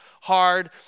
hard